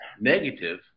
negative